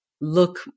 look